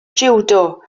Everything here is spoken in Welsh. jiwdo